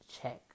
check